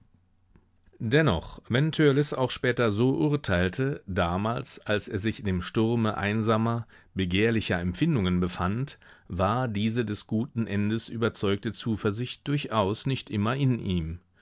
dennoch wenn törleß auch später so urteilte damals als er sich in dem sturme einsamer begehrlicher empfindungen befand war diese des guten endes überzeugte zuversicht durchaus nicht immer in ihm